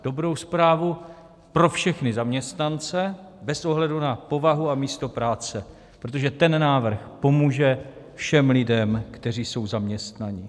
Dobrou zprávu pro všechny zaměstnance bez ohledu na povahu a místo práce, protože ten návrh pomůže všem lidem, kteří jsou zaměstnaní.